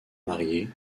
mariée